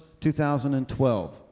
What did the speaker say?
2012